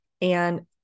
And-